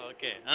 Okay